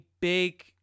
big